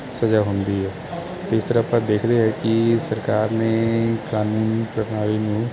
ਸਜ਼ਾ ਹੁੰਦੀ ਹੈ ਤੀਸਰਾ ਆਪਾਂ ਦੇਖਦੇ ਹਾਂ ਕਿ ਸਰਕਾਰ ਨੇ ਕਾਨੂੰਨ ਪ੍ਰਣਾਲੀ ਨੂੰ